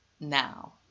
now